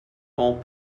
pont